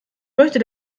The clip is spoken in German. möchte